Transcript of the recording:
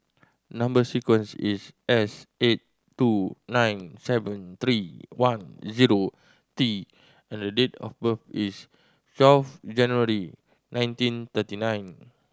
number sequence is S eight two nine seven three one zero T and date of birth is twelve January nineteen thirty nine